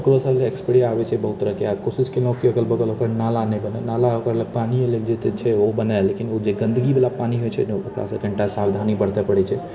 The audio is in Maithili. ओकरो सभके लिए स्प्रे आबैत छै बहुत तरहके आ कोशिश केलहुँ कि अगल बगल नाला नहि बनै नाला ओकराले पानि ला जे छै ओ बनै लेकिन ओ गन्दगीबाला पानि होइत छै ने ओकरासँ कनिटा सावधानी बरतै पड़ैत छै